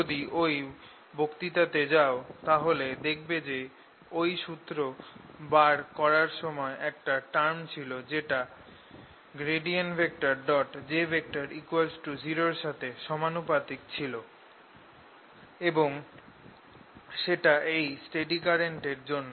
যদি ওই বক্তৃতাতে যাও তাহলে দেখবে যে ওই সুত্র বার করার সময়ে একটা টার্ম ছিল যেটা j 0 এর সাথে সমানুপাতিক ছিল এবং সেটা এই স্টেডি কারেন্ট এর জন্য